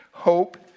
Hope